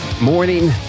Morning